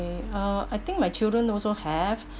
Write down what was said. uh I think my children also have